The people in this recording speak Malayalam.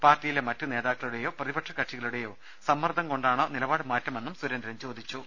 പാർട്ടിയിലെ മറ്റു നേതാക്കളുടെയോ പ്രതിപക്ഷ കക്ഷികളുടെയോ സമ്മർദ്ദം കൊണ്ടാണോ നിലപാടുമാറ്റമെന്നും സുരേന്ദ്രൻ ചോദിച്ചു